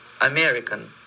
American